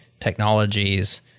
technologies